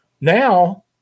now